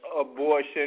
abortion